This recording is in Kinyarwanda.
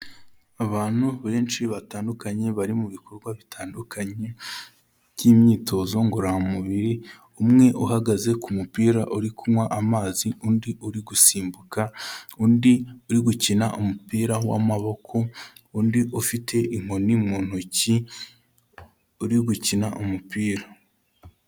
Abantu benshi batandukanye bari mu bikorwa bitandukanye by'imyitozo ngororamubiri, umwe uhagaze ku mupira uri kunywa amazi, undi uri gusimbuka, undi uri gukina umupira w'amaboko, undi ufite inkoni mu ntoki uri gukina umupira.